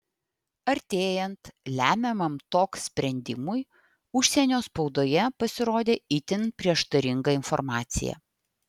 artėjant lemiamam tok sprendimui užsienio spaudoje pasirodė itin prieštaringa informacija